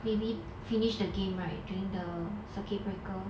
maybe finish the game right during the circuit breaker